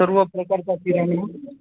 सर्व प्रकारचा किराणा